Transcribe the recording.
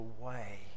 away